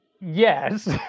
yes